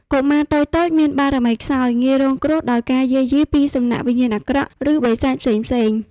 កុមារតូចៗមានបារមីខ្សោយ ងាយរងគ្រោះដោយការយាយីពីសំណាក់វិញ្ញាណអាក្រក់ ឬបិសាចផ្សេងៗ។